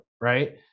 right